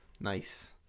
Nice